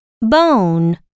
Bone